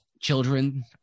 children